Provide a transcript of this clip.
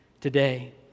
today